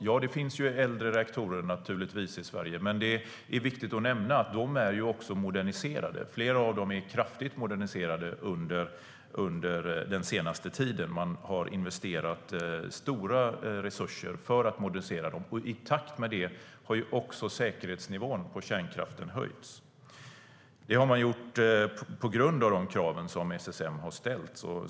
Ja, det finns naturligtvis äldre reaktorer i Sverige. Men det är viktigt att nämna att de också är moderniserade. Flera av dem har moderniserats kraftigt under den senaste tiden. Man har investerat stora resurser för att modernisera dem, och i takt med det har säkerhetsnivån på kärnkraften höjts. Det har man gjort på grund av de krav som SSM ställt.